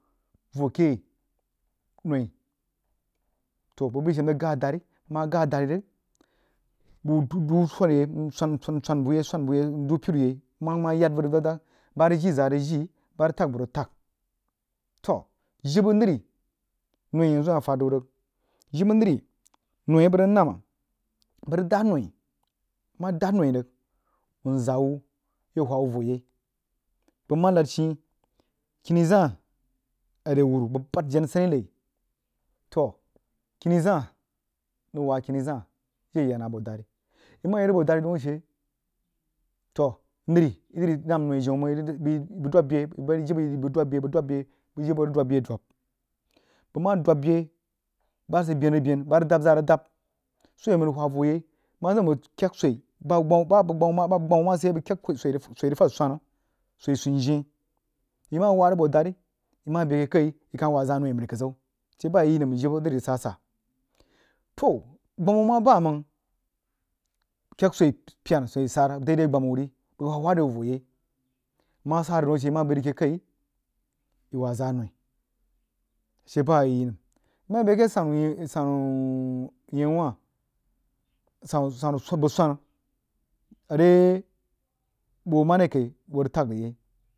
Voh a keh noi toh bəg boi she mrig sheh dari nmah ghar dari rig bəg duh buh swami yai swan dari rig bəg duh duh swami yai nswan swan swan hoo kai buh yao nduh piru yai a yad vən rig nən dag dag bah ri jii zah rig jii bah rig tag buh rig tag toh jibə həri noi a yanzu hah fad ziu rig jibə nəni noi a bəg rig nammah bəh rig dad noi n mah dad noi rig whn zaa wuh ya wha wuh voh yai bəg mah lahd shii kiní zah a rewuru bəg bahd jenah nsani ki toh kini zah nəng wah kini zah jin a yi yanəng abo dari nang hwah yad rig boh dari daun a she to nəri yi nəri dang noi jima mang bəg ləri dwab beh bəg dwab beh jibə yi bəg rig dwab beh dwab bəg mah dwab beh bah sid benben bah rig dahb zah rig dahb soh awai nang nang wha voh yai nah zəm bəg kyak swoi bah bəg gbama mah sid yai bəg kyak swoi rig swoi rig fahd swana swoi sunju yeh yi mah wah rig boh dari bəg ma bəi a keh kai bəg wah zah noi məri kodzan a she yi yi nəm jibə lari rig sah-asah toh gbama mah bamang bəg kyak swi pyena swoi sara daidai gbama uhh ru bəg wha re whh voh yai mah sah rig dau a she yi mah bər rig akeh koi yi wah zah noí a she bah a yi yinəm mah bəi akeh sannu nyeh sannu nyeh wah sannu sannu bəg swang are bəg hoo markai bəg hoo rig tag rig yai